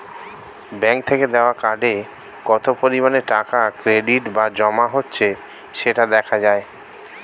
bank থেকে দেওয়া কার্ডে কত পরিমাণে টাকা ক্রেডিট বা জমা হচ্ছে সেটা দেখা যায়